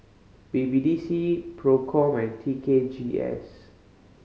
B B D C Procom and T K G S